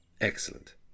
Excellent